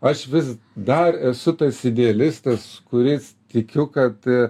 aš vis dar esu tas idealistas kuris tikiu kad